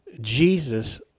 Jesus